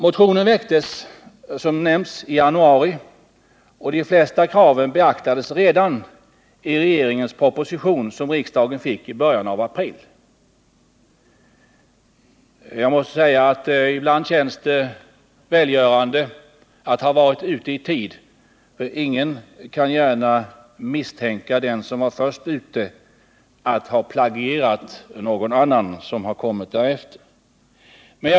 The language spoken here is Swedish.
Motionen väcktes som nämnts i januari, och de flesta av kraven beaktades redan i regeringens proposition, som riksdagen fick i början av april. Ibland känns det välgörande att ha varit ute i tid, eftersom ingen gärna kan misstänka den som var först ute, för att ha plagierat någon annan som har kommit därefter.